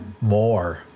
More